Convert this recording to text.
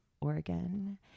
Oregon